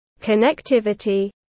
connectivity